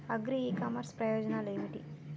Agri e commerce ప్రయోజనాలు ఏమిటి?